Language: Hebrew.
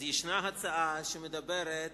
אז יש הצעה שמדברת